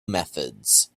methods